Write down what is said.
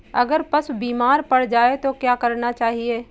अगर पशु बीमार पड़ जाय तो क्या करना चाहिए?